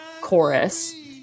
chorus